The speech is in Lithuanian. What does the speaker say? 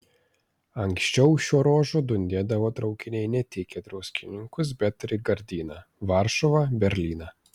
anksčiau šiuo ruožu dundėdavo traukiniai ne tik į druskininkus bet ir į gardiną varšuvą berlyną